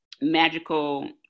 magical